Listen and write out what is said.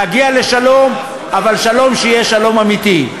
להגיע לשלום, אבל שלום שיהיה שלום אמיתי.